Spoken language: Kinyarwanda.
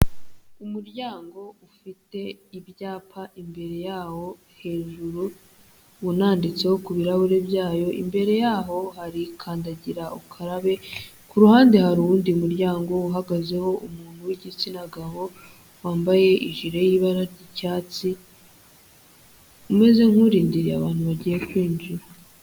Umuryango ufite ibyapa imbere yawo hejuru, unanditseho ku birarahuri byayo, imbere yaho hari kandagira ukarabe, ku ruhande hari uwundi muryango uhagazeho umuntu w'igitsina gabo wambaye ijiri y'ibara ry'icyatsi, umeze nk'urindiriye abantu bagiye kwinjira.